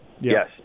Yes